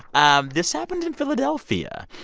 um this happened in philadelphia.